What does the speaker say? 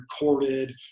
recorded